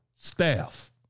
staff